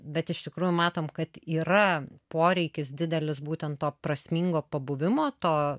bet iš tikrųjų matom kad yra poreikis didelis būtent to prasmingo pabuvimo to